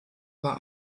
war